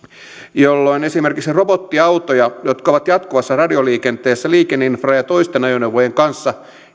jolloin esimerkiksi myös robottiautojen jotka ovat jatkuvassa radioliikenteessä liikenneinfran ja toisten ajoneuvojen kanssa